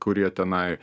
kurie tenai